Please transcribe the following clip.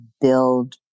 build